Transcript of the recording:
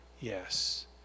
Yes